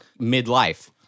midlife